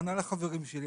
כנ"ל לגבי החברים שלי.